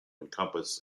encompass